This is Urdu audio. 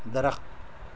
درخت